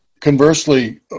Conversely